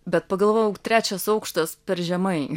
bet pagalvojau trečias aukštas per žemai